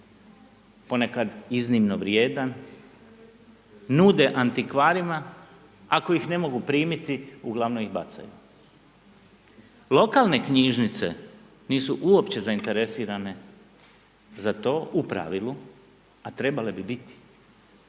ponekad iznimno vrijedan nude antikvarima ako ih ne mogu primiti, uglavnom ih bacaju. Lokalne knjižnice nisu uopće zainteresirane za to u pravilu a trebale bi biti.